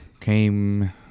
came